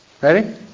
Ready